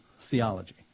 theology